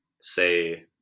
say